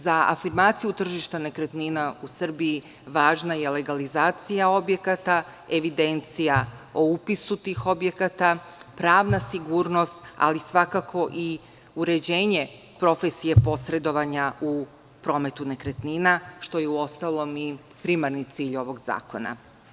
Za afirmaciju tržišta nekretnina u Srbiji važna je legalizacija objekata, evidencija o upisu tih objekata, pravna sigurnost, ali, svakako, i uređenje profesije posredovanja u prometu nekretnina, što je, uostalom, i primarni cilj ovog zakona.